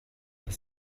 was